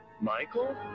Michael